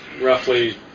roughly